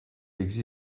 les